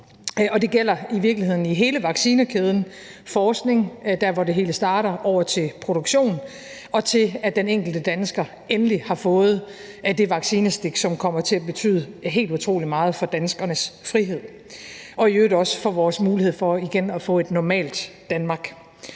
det gælder i virkeligheden hele vaccinekæden – forskning, der hvor det hele starter, over til produktion og til, at den enkelte dansker endelig har fået det vaccinestik, som kommer til at betyde helt utrolig meget for danskernes frihed og i øvrigt også for vores mulighed for igen at få et normalt Danmark.